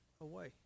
away